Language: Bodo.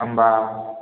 होम्बा